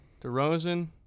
DeRozan